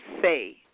say